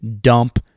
dump